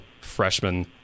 freshman